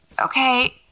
Okay